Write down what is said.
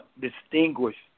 distinguished